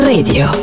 Radio